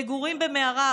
מגורים במערה,